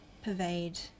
pervade